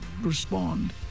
respond